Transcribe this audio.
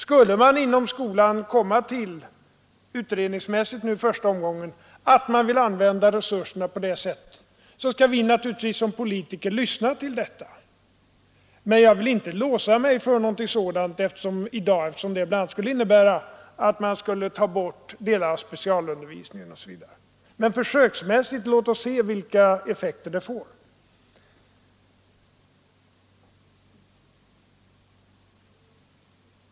Skulle man inom skolan — utredningsmässigt nu i första omgången — komma till att man vill använda resurserna på det sättet, så skall vi naturligtvis som politiker lyssna till detta. Men jag vill inte låsa mig för någonting sådant i dag, eftersom det bl.a. skulle innebära att man skulle ta bort delar av specialundervisningen osv. Låt oss emellertid försöksmässigt se vilka effekter det får!